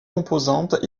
composantes